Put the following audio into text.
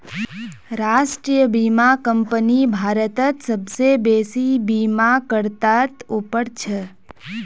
राष्ट्रीय बीमा कंपनी भारतत सबसे बेसि बीमाकर्तात उपर छ